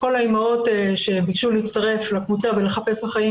כל האימהות שביקשו להצטרף לקבוצה ולחפש אחאים